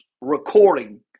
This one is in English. recording